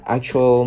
Actual